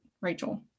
Rachel